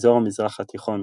אזור המזרח התיכון,